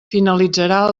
finalitzarà